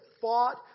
fought